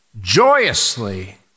joyously